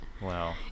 wow